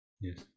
Yes